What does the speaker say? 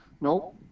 No